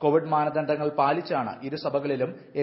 Covid മാനദണ്ഡങ്ങൾ പാലിച്ചാണ് ഇരുസഭകളിലും എം